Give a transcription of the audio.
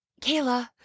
Kayla